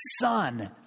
Son